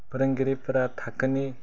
फोरोंगिरिफोरा थाखोनि